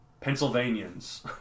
Pennsylvanians